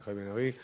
מיכאל בן-ארי.